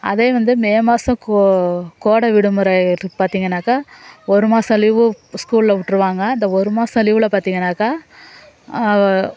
அதே வந்து மே மாதம் கோ கோடை விடுமுறை பார்த்திங்கன்னாக்கா ஒரு மாதம் லீவு ஸ்கூலில் விட்ருவாங்க அந்த ஒரு மாதம் லீவில் பார்த்திங்கன்னாக்கா